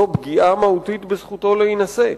זו פגיעה מהותית בזכותו להינשא.